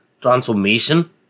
transformation